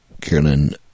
Carolyn